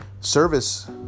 service